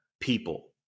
people